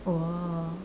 oh